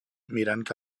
mirant